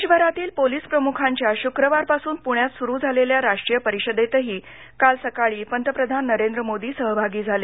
देशभरातील पोलीस प्रमुखांच्या शुक्रवारपासून पुण्यात सुरु झालेल्या राष्ट्रीय परिषदेतही काल सकाळी पंतप्रधान नरेंद्र मोदी सहभागी झाले